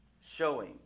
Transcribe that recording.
showing